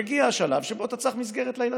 יגיע השלב שבו אתה צריך מסגרת לילדים.